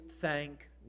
thank